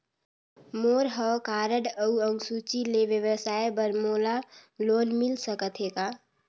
मोर हव कारड अउ अंक सूची ले व्यवसाय बर मोला लोन मिल सकत हे का?